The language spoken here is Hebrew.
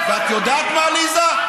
ואת יודעת מה, עליזה?